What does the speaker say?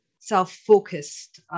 self-focused